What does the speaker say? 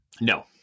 No